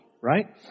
right